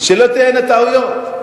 שלא תהיינה טעויות.